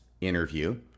interview